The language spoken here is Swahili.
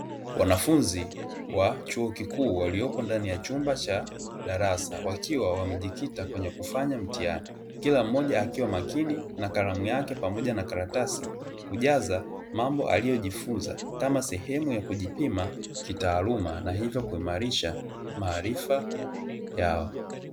Wanafunzi wa chuo kikuu waliopo ndani ya chumba cha darasa wakiwa wamejikita kwenye kufanya mtihani, kila mmoja akiwa makini na kalamu yake pamoja na karatasi kujaza mambo aliyojifunza kama sehemu ya kujipima kitaaluma na hivyo kuimarisha maarifa yao.